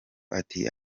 ati